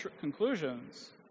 conclusions